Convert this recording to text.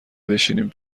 بشینیم